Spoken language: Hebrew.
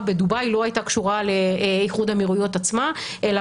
בדובאי לא הייתה קשורה לאיחוד האמירויות עצמה אלא